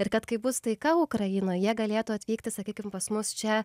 ir kad kai bus taika ukrainoje galėtų atvykti sakykime pas mus čia